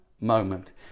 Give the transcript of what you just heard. moment